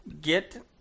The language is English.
get